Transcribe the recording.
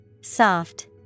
Soft